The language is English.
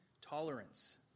Tolerance